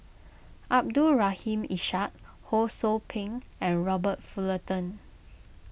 Abdul Rahim Ishak Ho Sou Ping and Robert Fullerton